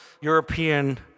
European